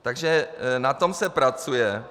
Takže na tom se pracuje.